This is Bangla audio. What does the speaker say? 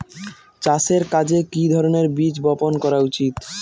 চাষের কাজে কি ধরনের বীজ বপন করা উচিৎ?